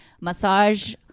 massage